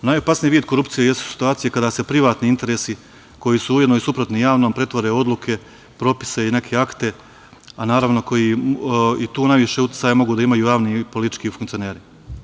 Najopasniji vid korupcije jesu situacije kada se privatni interesi, koji su ujedno i suprotni javnom, pretvore u odluke, propise i neke akte, a tu najviše uticaja mogu da imaju javni i politički funkcioneri.